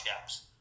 gaps